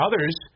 others